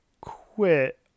quit